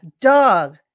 dog